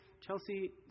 Chelsea